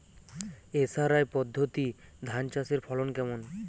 SRI পদ্ধতি ধান চাষের ফলন কেমন?